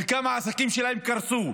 חלקם, העסקים שלהם קרסו,